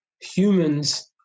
Humans